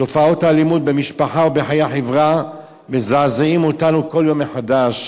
תופעות אלימות במשפחה ובחיי החברה מזעזעות אותנו כל יום מחדש,